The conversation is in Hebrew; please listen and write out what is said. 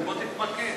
בוא תתמקד.